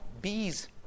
bees